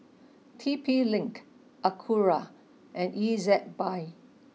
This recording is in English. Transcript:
T P Link Acura and Ezbuy